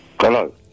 Hello